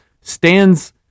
stands